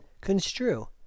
Construe